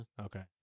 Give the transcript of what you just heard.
Okay